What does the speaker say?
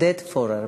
פורר,